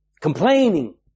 complaining